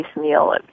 meal